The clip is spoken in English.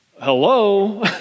Hello